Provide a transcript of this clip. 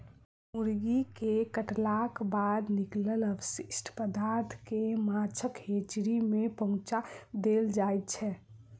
मुर्गी के काटलाक बाद निकलल अवशिष्ट पदार्थ के माछक हेचरी मे पहुँचा देल जाइत छै